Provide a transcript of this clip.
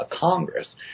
Congress